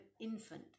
infant